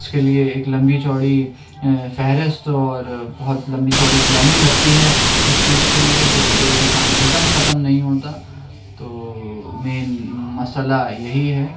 اس کے لیے ایک لمبی چوڑی فہرست اور بہت لمبی چوڑی پلاننگ لگتی ہے اس چیز کے لیے تو کوئی بھی کام ایک دم ختم نہیں ہوتا تو مین مسئلہ یہی ہے